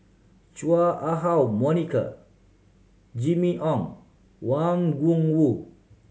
Chua Ah Huwa Monica Jimmy Ong Wang Gungwu